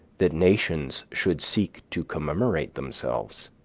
that nations should seek to commemorate themselves?